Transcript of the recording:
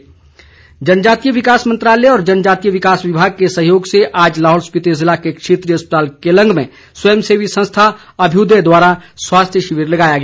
स्वास्थ्य शिविर जनजातीय विकास मंत्रालय और जनजातीय विकास विभाग के सहयोग से आज लाहौल स्पिति ज़िले के क्षेत्रीय अस्पताल केलंग में स्वयंसेवी संस्था अभयुदय द्वारा स्वास्थ्य शिविर लगाया है